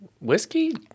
Whiskey